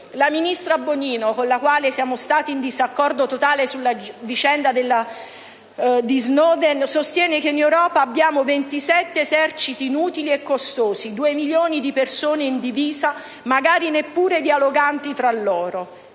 La ministra Bonino, con la quale siamo in disaccordo totale sulla vicenda Snowden, sostiene che in Europa abbiamo 27 eserciti inutili e costosi: due milioni di persone in divisa, magari neppure dialoganti tra loro.